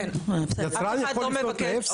יצרן יכול לפנות לאפס"ה?